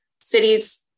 cities